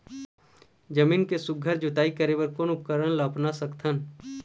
जमीन के सुघ्घर जोताई करे बर कोन उपकरण ला अपना सकथन?